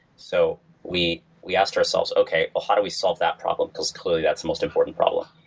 so we we ask ourselves, okay. how do we solve that problem? because, clearly, that's the most important problem.